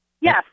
Yes